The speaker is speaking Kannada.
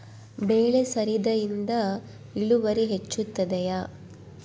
ಬೆಳೆ ಸರದಿಯಿಂದ ಇಳುವರಿ ಹೆಚ್ಚುತ್ತದೆಯೇ?